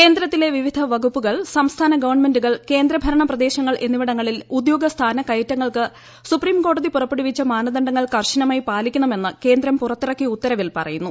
കേന്ദ്രത്തിലെ വിവിധ വകുപ്പുകൾ സംസ്ഥാന ഗവൺമെന്റുകൾ കേന്ദ്രഭരണ പ്രദേശങ്ങൾ എന്നിവിടങ്ങളിൽ ഉദ്യോഗ സ്ഥാനക്കയറ്റങ്ങൾക്ക് സുപ്രീംകോടതി പുറപ്പെടുവിച്ച മാനദണ്ഡങ്ങൾ കർശനമായി പാലിക്കണമെന്ന് കേന്ദ്രം പുറത്തിറക്കിയ ഉത്തരവിൽ പറയുന്നു